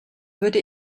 würde